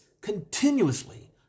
continuously